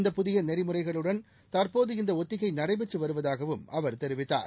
இந்த புதியநெறிமுறைகளுடன் தற்போது இந்தஒத்திகைநடைபெற்றுவருவதாகவும் அவர் தெரிவித்தார்